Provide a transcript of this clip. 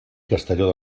castelló